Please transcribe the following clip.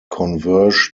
converge